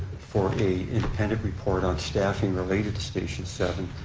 for a independent report on staffing related to station seven.